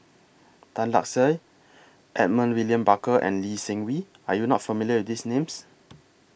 Tan Lark Sye Edmund William Barker and Lee Seng Wee Are YOU not familiar These Names